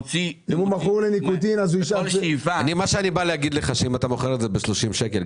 אם אתה מוכר את זה ב-30 שקלים,